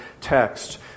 text